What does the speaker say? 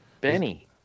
Benny